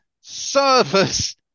service